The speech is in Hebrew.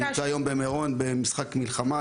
שנמצא היום במירון במשחק מלחמה,